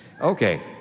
Okay